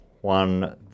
one